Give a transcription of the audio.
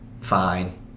Fine